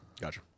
gotcha